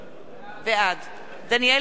בעד דניאל הרשקוביץ,